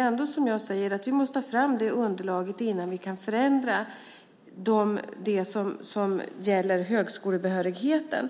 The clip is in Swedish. Vi måste som sagt ta fram det underlaget innan vi kan förändra det som gäller högskolebehörigheten.